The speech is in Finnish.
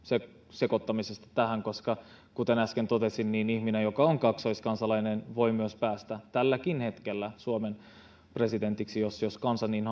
sekoittamisesta tähän koska kuten äsken totesin ihminen joka on kaksoiskansalainen voi päästä tälläkin hetkellä suomen presidentiksi jos kansa niin